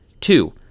Two